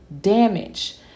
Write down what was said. damage